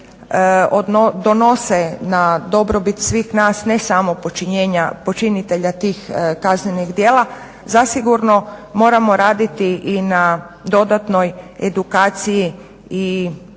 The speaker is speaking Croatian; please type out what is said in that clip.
donose na dobrobit svih nas ne samo počinitelja tih kaznenih djela zasigurno moramo raditi i na dodatnoj edukaciji i